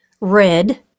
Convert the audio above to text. red